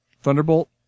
Thunderbolt